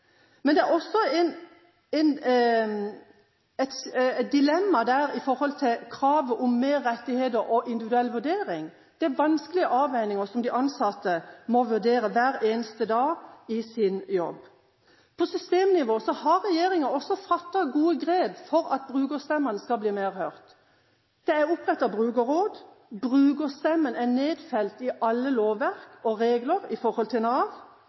Men det er også et dilemma der i forhold til kravet om mer rettigheter og individuell vurdering. Det er vanskelige avveininger som de ansatte må vurdere hver eneste dag i sin jobb. På systemnivå har regjeringen også tatt gode grep for at brukerstemmen skal bli mer hørt. Det er opprettet brukerråd, brukerstemmen er nedfelt i alle lovverk og regler i forhold til Nav.